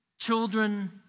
children